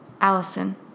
Allison